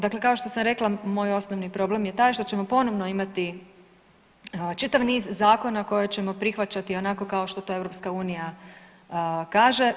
Dakle, kao što sam rekla moj osnovni problem je taj što ćemo ponovno imati čitav niz zakona koje ćemo prihvaćati onako kao što to EU kaže.